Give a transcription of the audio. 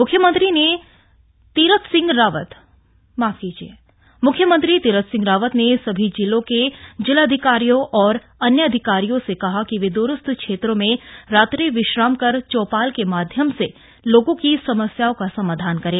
मुख्यमंत्री चौपाब म्ख्यमंत्री तीरथ सिंह रावत ने सभी जिलों के जिलाधिकारियों और अन्य अधिकारियों से कहा है कि वे द्रस्थ क्षेत्रों में रात्रि विश्राम कर चौपाल के माध्यम से लोगों की समस्याओं का समाधान करें